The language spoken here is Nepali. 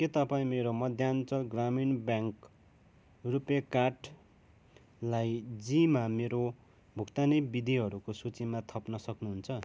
के तपाईँ मेरो मध्याञ्चल ग्रामीण ब्याङ्क रुपे कार्डलाई जीमा मेरो भुक्तानी विधिहरूको सूचीमा थप्न सक्नुहुन्छ